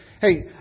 Hey